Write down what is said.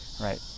right